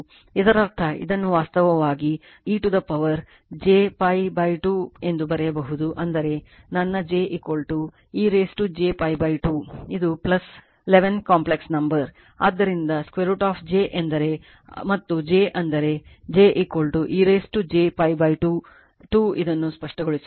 ಇದರರ್ಥ ಇದನ್ನು ವಾಸ್ತವವಾಗಿ e to the power j π 2 ಬರೆಯಬಹುದು ಅಂದರೆ ನನ್ನ j e j π 2 ಇದು 11 complex number ಆದ್ದರಿಂದ √ j ಎಂದರೆ ಮತ್ತು j ಅಂದರೆ j e j π 2 2 ಅದನ್ನು ಸ್ಪಷ್ಟಗೊಳಿಸೋಣ